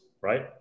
right